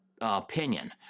opinion